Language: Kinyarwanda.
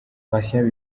patient